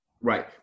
right